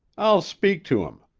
i'll speak to him.